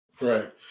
Right